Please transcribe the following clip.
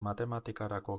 matematikarako